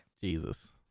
Jesus